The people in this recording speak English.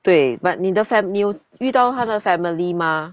对 but 你的 fam~ 你有遇到她的 family 吗